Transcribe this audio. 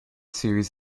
series